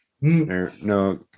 No